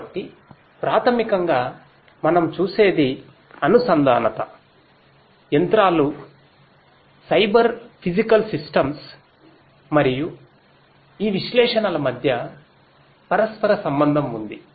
కాబట్టి ప్రాథమికంగా మనం చూసేది అనుసంధానత యంత్రాలు సైబర్ ఫిజికల్ సిస్టమ్స్ మరియు ఈ విశ్లేషణల మధ్య పరస్పర సంబంధం ఉంది